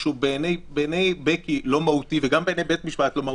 שהוא בעיני בקי לא מהותי וגם בעיני בית המשפט הוא לא מהותי,